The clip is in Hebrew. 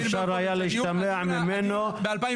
אפשר שישתמע ממנו --- עורך דין